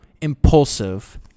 impulsive